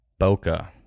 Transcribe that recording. Bokeh